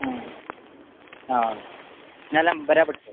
आं आं नाल्यार बऱ्या पडटली